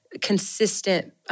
consistent